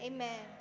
Amen